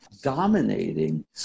dominating